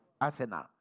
arsenal